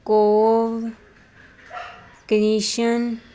CoV Krishna